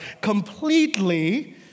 completely